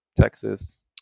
texas